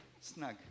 Snug